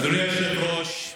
אדוני היושב-ראש,